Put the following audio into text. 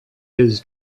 his